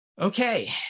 Okay